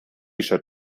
shirt